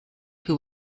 who